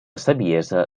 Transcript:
saviesa